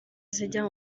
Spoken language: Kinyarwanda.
zijya